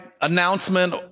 announcement